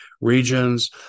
regions